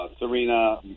Serena